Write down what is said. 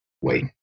Wait